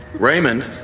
Raymond